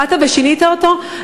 באתם ושינית אותו?